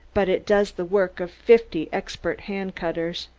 but it does the work of fifty expert hand-cutters.